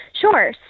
Sure